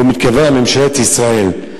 הוא מתכוון לממשלת ישראל.